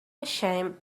ashamed